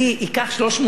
350,